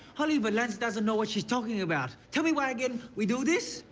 holly valens doesn't know what she's talking about. tell me why again we do this?